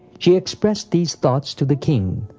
she expressed these thoughts to the king,